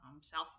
South